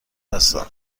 هستم